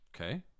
Okay